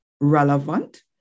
relevant